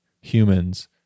humans